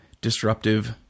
disruptive